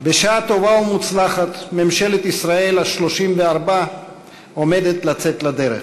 בשעה טובה ומוצלחת ממשלת ישראל ה-34 עומדת לצאת לדרך.